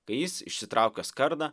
kai jis išsitraukęs kardą